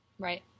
Right